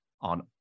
on